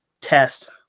test